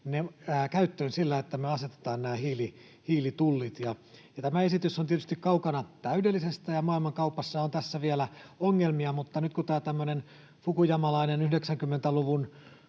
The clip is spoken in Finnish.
muita ottamaan ne käyttöön. Tämä esitys on tietysti kaukana täydellisestä, ja maailmankaupassa on tässä vielä ongelmia, mutta nyt kun tämä tämmöinen fukuyamalainen 90-luvun